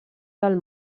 del